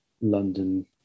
London